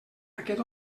aquest